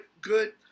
good